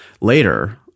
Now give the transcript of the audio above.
later